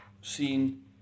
seen